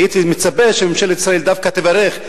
הייתי מצפה שממשלת ישראל דווקא תברך.